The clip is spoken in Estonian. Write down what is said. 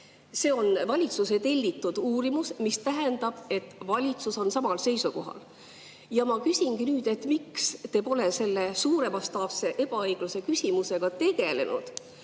See on valitsuse tellitud uurimus, mis tähendab, et valitsus on samal seisukohal. Ma küsingi nüüd, miks te pole selle suuremastaapse ebaõigluse küsimusega tegelenud.